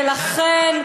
ולכן,